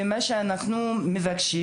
אנחנו מבקשים